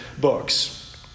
books